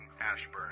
Ashburn